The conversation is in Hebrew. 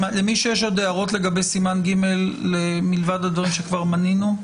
יש למישהו עוד הערות לסעיף ג מלבד הדברים שכבר מנינו?